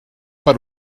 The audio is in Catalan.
per